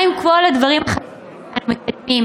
מה עם כל הדברים החשובים שאנו מקדמים?